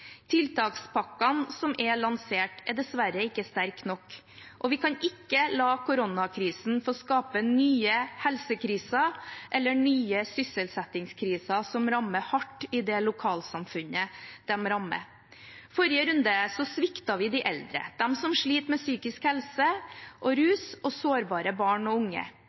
som er lansert, er dessverre ikke sterke nok, og vi kan ikke la koronakrisen få skape nye helsekriser eller nye sysselsettingskriser, som rammer hardt i det lokalsamfunnet de rammer. I forrige runde sviktet vi de eldre, dem som sliter med psykisk helse og rus, og sårbare barn og unge.